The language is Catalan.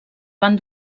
van